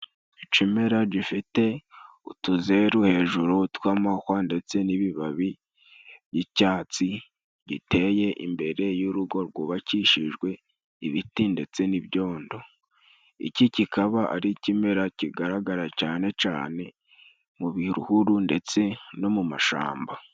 Ikimera gifite utuzeru hejuru tw'amahwa, ndetse n'ibibabi by'icyatsi giteye imbere y'urugo rwukishijwe ibiti ndetse n'ibyondo, iki kikaba ari ikimera kigaragara cyane cyane mu bihuru, ndetse no mu mashyamba.